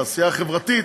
העשייה החברתית.